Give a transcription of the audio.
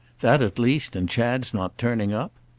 that at least and chad's not turning up?